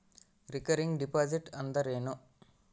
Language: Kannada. ರಿಕರಿಂಗ್ ಡಿಪಾಸಿಟ್ ಅಂದರೇನು?